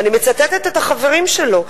אני מצטטת את החברים שלו,